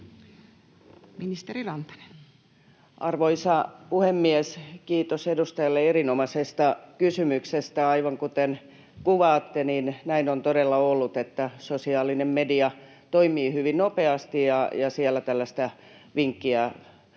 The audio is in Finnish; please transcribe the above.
Arvoisa puhemies! Kiitos edustajalle erinomaisesta kysymyksestä. Aivan kuten kuvaatte, näin on todella ollut. Sosiaalinen media toimii hyvin nopeasti, ja siellä tällaista vinkkiä